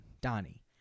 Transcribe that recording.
Donnie